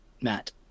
Matt